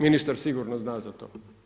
Ministar sigurno zna za to.